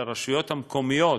לרשויות המקומיות,